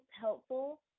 helpful